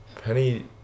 Penny